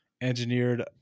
engineered